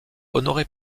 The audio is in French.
honoré